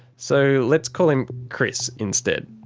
so let's call him chris instead.